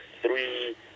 three